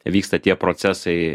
vyksta tie procesai